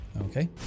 Okay